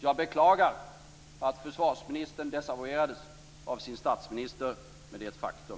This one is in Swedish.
Jag beklagar att försvarsministern desavouerades av sin statsminister, men det är ett faktum.